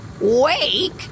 Wake